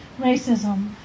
racism